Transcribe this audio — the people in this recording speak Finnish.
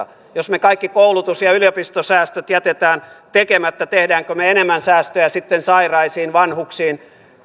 me kaikki koulutus ja yliopistosäästöt jätämme tekemättä teemmekö me enemmän sitten sairaisiin vanhuksiin